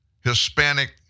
Hispanic